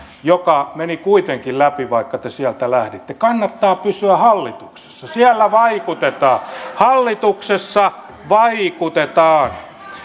joka meni kuitenkin läpi vaikka te sieltä lähditte kannattaa pysyä hallituksessa siellä vaikutetaan hallituksessa vaikutetaan